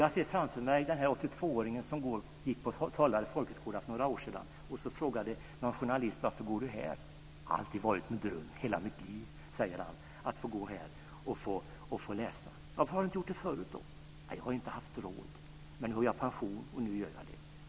Jag ser framför mig den 82-åring som gick på Tollare folkhögskola för några år sedan. En journalist frågade: Varför går du här? Det har varit min dröm i hela mitt liv att få gå här och läsa, säger han. Varför har du inte gjort det förr då? Jag har inte haft råd. Men nu har jag pension och nu gör jag det.